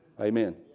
Amen